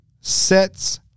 Sets